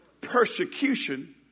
persecution